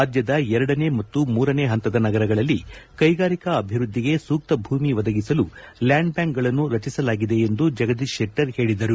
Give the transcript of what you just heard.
ರಾಜ್ಯದ ಎರಡನೇ ಮತ್ತು ಮೂರನೇ ಪಂತದ ನಗರಗಳಲ್ಲಿ ಕೈಗಾರಿಕಾ ಅಭಿವ್ಯದ್ಧಿಗೆ ಸೂಕ್ತ ಭೂಮಿ ಒದಗಿಸಲು ಲ್ಯಾಂಡ್ ಬ್ಯಾಂಕ್ಗಳನ್ನು ರಚಿಸಲಾಗಿದೆ ಎಂದು ಜಗದೀಶ್ ಶೆಟ್ಟರ್ ಹೇಳಿದರು